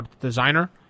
Designer